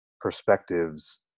perspectives